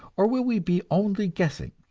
or will we be only guessing?